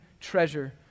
treasure